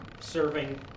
serving